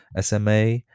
SMA